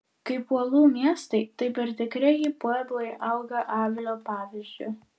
kaip uolų miestai taip ir tikrieji pueblai auga avilio pavyzdžiu